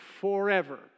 forever